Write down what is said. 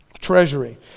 treasury